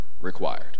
required